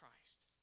Christ